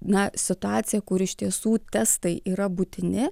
na situaciją kur iš tiesų testai yra būtini